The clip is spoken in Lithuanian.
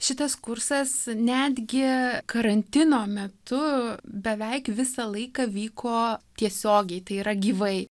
šitas kursas netgi karantino metu beveik visą laiką vyko tiesiogiai tai yra gyvai